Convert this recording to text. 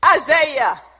Isaiah